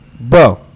Bro